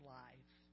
life